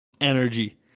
energy